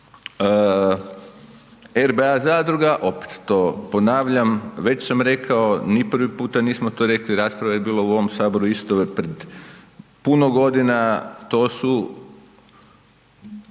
RBA zadruga, opet to ponavljam već sam rekao, ni prvi puta nismo to rekli rasprava je bila u ovom Saboru isto pred puno godina to su